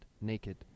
naked